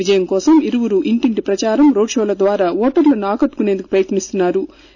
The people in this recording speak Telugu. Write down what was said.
విజయం కోసం ఇరువురూ ఇంటింటి ప్రచారం రోడ్ షోల ద్వారా ఓటర్లు ఆకట్టుకునేందుకు ప్రయత్ని స్తున్నా రు